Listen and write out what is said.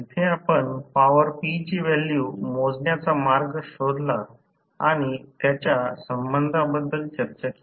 तेथे आपण power P ची व्हॅल्यू मोजण्याचा मार्ग शोधला आणि त्याच्या संबंधांबद्दल चर्चा केली